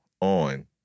on